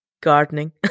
gardening